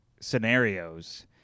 scenarios